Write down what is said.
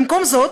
במקום זאת,